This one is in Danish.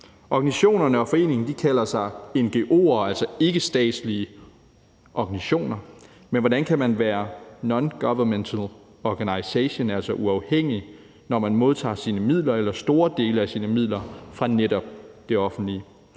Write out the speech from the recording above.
Organisationerne og foreningerne kalder sig ngo'er, altså ikkestatslige organisationer, men hvordan kan man være en non-governmental organization, altså være uafhængig, når man modtager sine midler eller store dele af sine midler fra netop det offentlige?